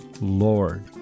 Lord